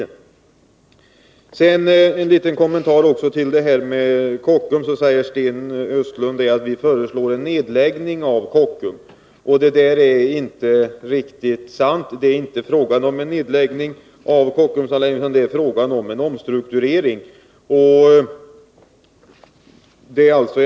När det gäller Kockums säger Sten Östlund att vi föreslå en nedläggning. Detta är inte riktigt sant. Det är inte fråga om en nedläggning av Kockumsanläggningen, utan det är fråga om en omstrukturering. Det är skillnad.